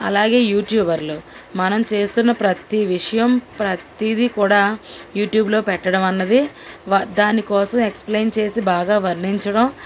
అలాగే యూట్యూబర్లు మనం చేస్తున్న ప్రతీ విషయం ప్రతీదీ కూడా యూట్యూబ్లో పెట్టడం అన్నది వ దానికోసం ఎక్స్ప్లెయిన్ చేసి బాగా వర్ణించడం